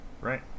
Right